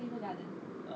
garden